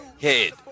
head